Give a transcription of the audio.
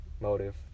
motive